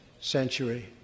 century